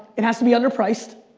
it has to be underpriced,